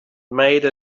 made